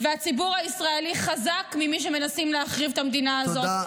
והציבור הישראלי חזק ממי שמנסים להחריב את המדינה הזאת.